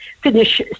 finish